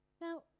Now